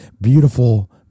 beautiful